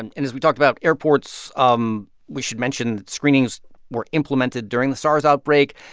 and and as we talked about, airports, um we should mention, screenings were implemented during the sars outbreak.